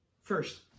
First